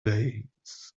days